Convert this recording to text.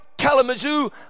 Kalamazoo